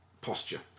posture